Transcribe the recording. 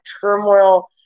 turmoil